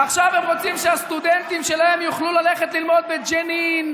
עכשיו הם רוצים שהסטודנטים שלהם יוכלו ללכת ללמוד בג'נין,